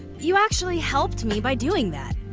you actually helped me by doing that.